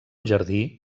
jardí